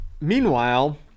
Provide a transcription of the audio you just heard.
meanwhile